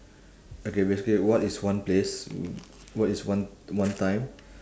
okay basically what is one place what is one one time